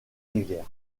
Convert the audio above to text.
rivières